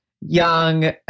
young